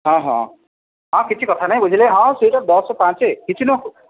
ହଁ ହଁ ହଁ କିଛି କଥା ନାଇ ବୁଝିଲେ ହଁ ସେଇଟା ଦଶ ପାଞ୍ଚ କିଛି ନୁହଁ